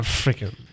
freaking